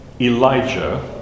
Elijah